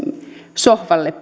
sohvalle